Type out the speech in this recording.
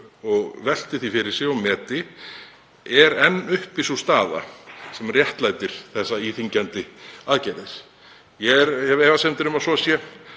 og velti því fyrir sér og meti: Er enn uppi sú staða sem réttlætir þessar íþyngjandi aðgerðir? Ég hef efasemdir um að svo sé.